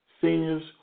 Seniors